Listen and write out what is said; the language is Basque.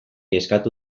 eskatu